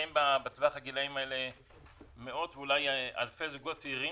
בטווח הגיל הזה נמצאים מאות ואולי אלפי זוגות צעירים,